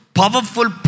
powerful